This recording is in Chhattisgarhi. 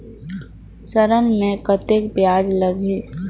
ऋण मे कतेक ब्याज लगही?